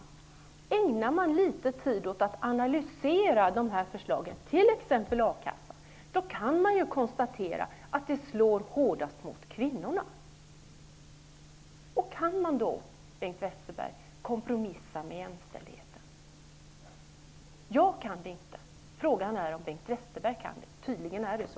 Om man ägnar litet tid åt att diskutera dessa förslag -- t.ex. förslaget om förändring av a-kassan -- kan man konstatera att de slår hårdast mot kvinnorna. Kan man då, Bengt Westerberg, kompromissa med jämställdheten? Jag kan det inte. Frågan är om Bengt Westerberg kan det. Tydligen är det så.